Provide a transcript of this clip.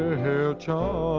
hear chimes